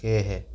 সেয়েহে